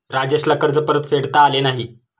राजेशला कर्ज परतफेडता आले नाही